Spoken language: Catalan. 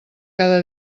cada